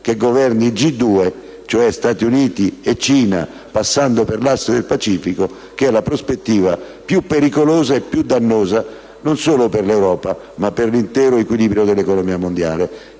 di governi G2, cioè di Stati Uniti e Cina, passando per l'asse del Pacifico, che è la prospettiva più pericolosa e più dannosa, non solo per l'Europa, ma per l'intero equilibrio dell'economia mondiale.